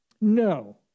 No